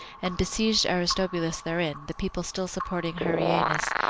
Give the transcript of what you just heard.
and besieged aristobulus therein, the people still supporting hyrcanus,